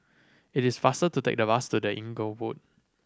it is faster to take the bus to The Inglewood